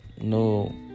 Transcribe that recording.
no